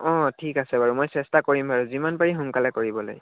অঁ ঠিক আছে বাৰু মই চেষ্টা কৰিম বাৰু যিমান পাৰি সোনকালে কৰিবলৈ